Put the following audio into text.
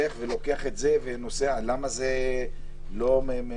שהיא קובעת את המדיניות ולכן הטענה היא לא לד"ר